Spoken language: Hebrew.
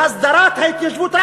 להסדרת ההתיישבות,